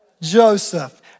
Joseph